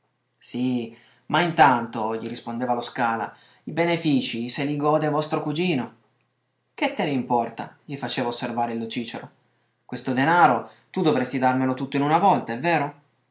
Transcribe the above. sì ma intanto gli rispondeva lo scala i beneficii se li gode vostro cugino che te ne importa gli faceva osservare il lo cìcero questo denaro tu dovresti darmelo tutto in una volta è vero